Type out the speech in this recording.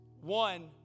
One